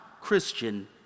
Christian